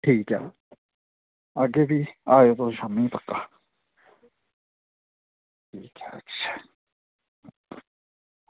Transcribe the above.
ठीक ऐ आह्गे फ्ही आएओ तुस शाम्मी